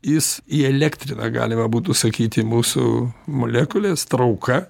jis įelektrina galima būtų sakyti mūsų molekules trauka